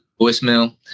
voicemail